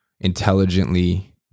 intelligently